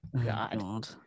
God